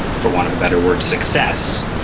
for want of a better word success,